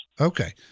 Okay